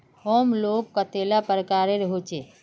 Home loan कतेला प्रकारेर होचे?